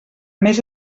més